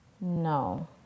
No